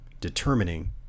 determining